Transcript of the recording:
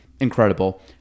incredible